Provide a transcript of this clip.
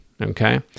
Okay